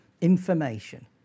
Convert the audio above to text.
information